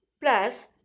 plus